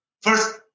first